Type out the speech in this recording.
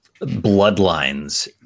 bloodlines